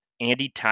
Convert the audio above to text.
Andy